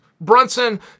Brunson